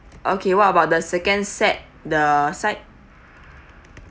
okay what about the second set the side